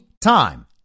time